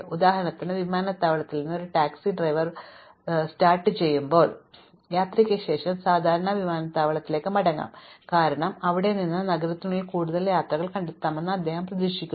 ഉദാഹരണത്തിന് വിമാനത്താവളത്തിൽ നിന്ന് ഒരു ടാക്സി ഡ്രൈവർ പ്രവർത്തനം ഒരു സ trip ജന്യ യാത്രയ്ക്ക് ശേഷം സാധാരണ വിമാനത്താവളത്തിലേക്ക് മടങ്ങാം കാരണം അവിടെ നിന്ന് നഗരത്തിനുള്ളിൽ കൂടുതൽ യാത്രകൾ കണ്ടെത്താമെന്ന് അദ്ദേഹം പ്രതീക്ഷിക്കുന്നു